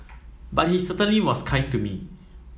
but he certainly was kind to me